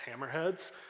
Hammerheads